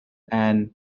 and